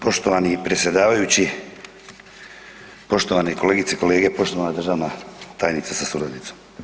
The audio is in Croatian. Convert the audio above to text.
Poštovani predsjedavajući, poštovane kolegice i kolege, poštovana državna tajnice sa suradnicom.